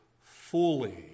fully